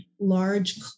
large